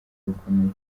bukomeye